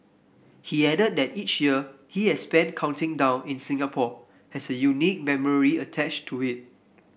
he added that each year he has spent counting down in Singapore has a unique memory attached to it